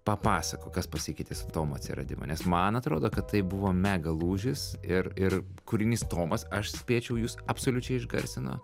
papasakok kas pasikeitė su tomo atsiradimu nes man nu atrodo kad tai buvo mega lūžis ir ir kūrinys tomas aš spėčiau jus absoliučiai išgarsino